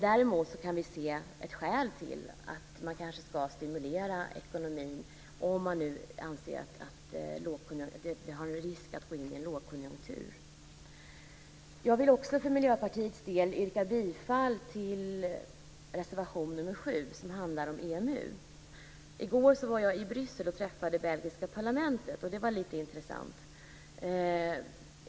Däremot kan vi se skäl till att man kanske ska stimulera ekonomin, om man nu anser att vi riskerar att gå in i en lågkonjunktur. Jag vill också för Miljöpartiets del yrka bifall till reservation 7, som handlar om EMU. I går var jag i Bryssel och träffade belgiska parlamentet, och det var lite intressant.